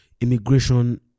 immigration